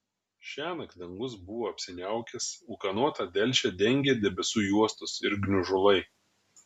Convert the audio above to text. šiąnakt dangus buvo apsiniaukęs ūkanotą delčią dengė debesų juostos ir gniužulai